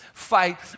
fight